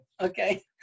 Okay